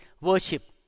worship